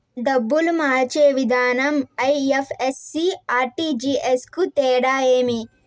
డబ్బులు మార్చే విధానం ఐ.ఎఫ్.ఎస్.సి, ఆర్.టి.జి.ఎస్ కు తేడా ఏమి?